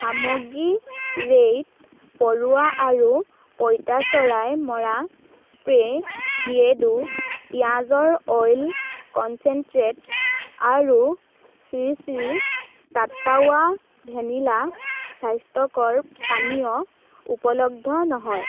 সামগ্ৰী ৰেইড পৰুৱা আৰু পঁইতাচোৰা মৰা স্প্ৰে' বিয়েৰ্ডো পিঁয়াজৰ অইল কনচেণ্ট্ৰেট আৰু শ্ৰী শ্ৰী টাট্টাৱা ভেনিলা স্বাস্থ্যকৰ পানীয় উপলব্ধ নহয়